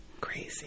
Crazy